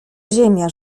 ziemia